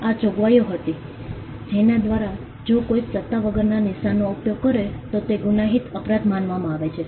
આ જોગવાઈઓ હતી જેના દ્વારા જો કોઈ સત્તા વગરના નિશાનનો ઉપયોગ કરે તો તે ગુનાહિત અપરાધ માનવામાં આવે છે